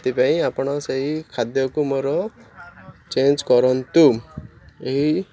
ସେଥିପାଇଁ ଆପଣ ସେଇ ଖାଦ୍ୟକୁ ମୋର ଚେଞ୍ଜ କରନ୍ତୁ ଏହି